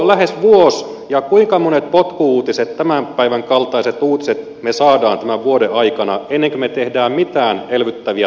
lähes vuoden ja kuinka monet potku uutiset tämän päivän kaltaiset uutiset me saamme tämän vuoden aikana ennen kuin me teemme mitään elvyttäviä toimenpiteitä